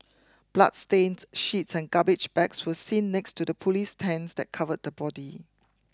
bloodstained sheets and garbage bags were seen next to the police tents that covered the body